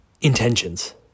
intentions